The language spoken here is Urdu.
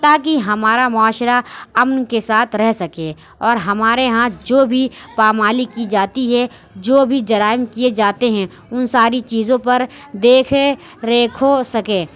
تاکہ ہمارا معاشرہ امن کے ساتھ رہ سکے اور ہمارے یہاں جو بھی پامالی کی جاتی ہے جو بھی جرائم کئے جاتے ہیں اُن ساری چیزوں پر دیکھ ریکھ ہو سکے